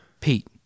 Pete